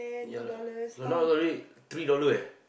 ya lah no now not really three dollar eh